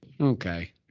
okay